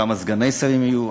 כמה סגני שרים יהיו.